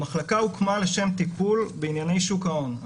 המחלקה הוקמה לשם טיפול בענייני שוק ההון.